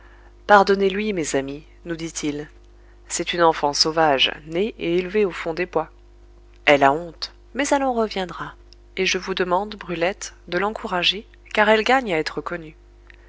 pardonnez-lui mes amis nous dit-il c'est une enfant sauvage née et élevée au fond des bois elle a honte mais elle en reviendra et je vous demande brulette de l'encourager car elle gagne à être connue